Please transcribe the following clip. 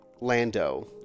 Lando